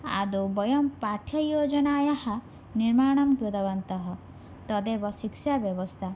आदौ वयं पाठ्ययोजनायाः निर्माणं कृतवन्तः तदेव शिक्षाव्यवस्था